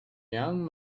young